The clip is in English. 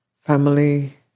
family